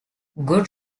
good